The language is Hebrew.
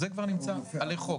זה כבר נמצא עלי חוק.